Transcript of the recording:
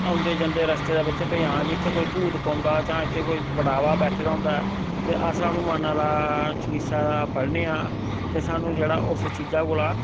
आंदे जंदे रस्ते दे बिच भाई आं जित्थै कोई भूत पौंदा जां इत्थै कोई बड़ावा बैठे दा हुदा ऐ ते अस हनुमाना दा चालीसा पढ़ने आं ते स्हानू जेह्ड़ा उस चीजा कोला